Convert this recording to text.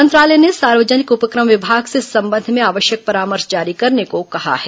मंत्रालय ने सार्वजनिक उपक्रम विभाग से इस संबंध में आवश्यक परामर्श जारी करने को कहा है